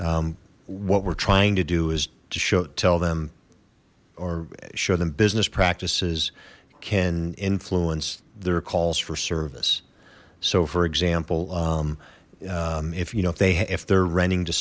what we're trying to do is to tell them or show them business practices can influence their calls for service so for example if you know if they if they're renting to